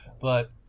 but-